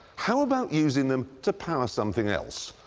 how about using them to power something else?